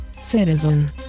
citizen